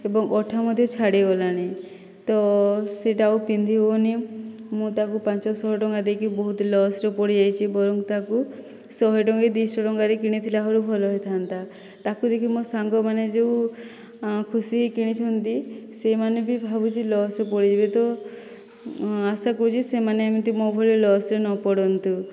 ଏବଂ ଅଠା ମଧ୍ୟ ଛାଡ଼ି ଗଲାଣି ତ ସେ'ଟା ଆଉ ପିନ୍ଧି ହେଉନାହିଁ ମୁଁ ତାକୁ ପାଞ୍ଚଶହ ଟଙ୍କା ଦେଇକି ବହୁତ ଲସ୍ରେ ପଡ଼ିଯାଇଛି ବରଂ ତାକୁ ଶହେ ଟଙ୍କା କି ଦୁଇ ଶହ ଟଙ୍କାରେ କିଣିଥିଲେ ଆହୁରି ଭଲ ହୋଇଥା'ନ୍ତା ତା'କୁ ଦେଖି ମୋ' ସାଙ୍ଗମାନେ ଯେଉଁ ଖୁସି ହୋଇ କିଣିଛନ୍ତି ସେମାନେ ବି ଭାବୁଛି ଲସ୍ରେ ପଡ଼ିଯିବେ ତ ଆଶା କରୁଛି ସେମାନେ ଏମିତି ମୋ' ଭଳି ଲସ୍ରେ ନ ପଡ଼ନ୍ତୁ